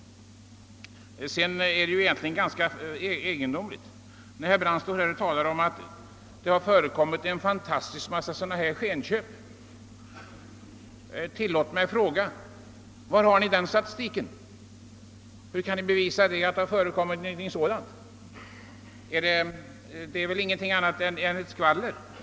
Det är egendomligt att herr Brandt talar om att det förekommit en stor mängd skenköp. Tillåt mig fråga: Var finns den statistiken? Hur kan ni bevisa att något sådant förekommit? Det är väl ingenting annat än korridorskvaller.